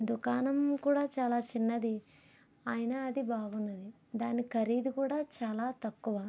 దుకాణం కూడా చాలా చిన్నది అయినా అది బాగుంది దాని ఖరీదు చాలా తక్కువ